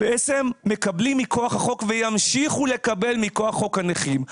בעצם מקבלים מכוח החוק וימשיכו לקבל מכוח חוק הנכים,.